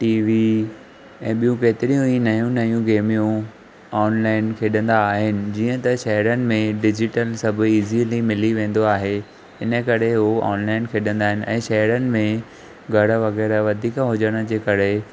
TV ऐं ॿियूं केतिरियूं ई नयूं नयूं गेमियूं ऑनलाइन खेॾंदा आहिनि जीअं त शहरनि में डिजीटल सभु इज़ीली मिली वेंदो आहे हिन करे हू ऑनलाइन खेॾंदा आहिनि ऐं शहरनि में घर वग़ैरह वधीक हुजण जे करे